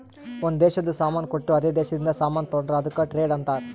ಒಂದ್ ದೇಶದು ಸಾಮಾನ್ ಕೊಟ್ಟು ಅದೇ ದೇಶದಿಂದ ಸಾಮಾನ್ ತೊಂಡುರ್ ಅದುಕ್ಕ ಟ್ರೇಡ್ ಅಂತಾರ್